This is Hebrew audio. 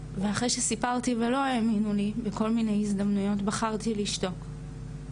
ואחרי שסיפרתי ולא האמינו לי בכל מיני הזדמנויות בחרתי לשתוק,